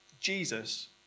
Jesus